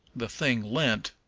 the thing lent,